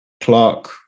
Clark